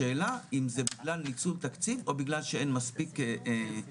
השאלה אם זה בגלל ניצול תקציב או בגלל שאין מספיק מטפלים,